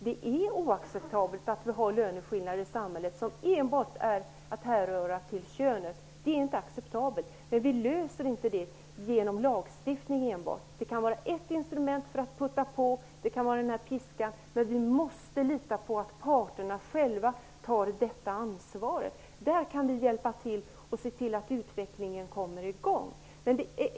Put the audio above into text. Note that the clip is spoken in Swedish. Det är oacceptabelt att vi har löneskillnader i samhället som enbart är att härröra till könet. Men det löser vi inte enbart genom lagstiftning. Det kan vara ett instrument, piskan, men vi måste lita på att parterna själva tar ansvar för detta. Där kan vi hjälpa till och se till att utvecklingen kommer i gång.